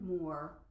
more